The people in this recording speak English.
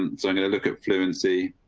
and and so i'm gonna look at fluency.